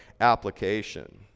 application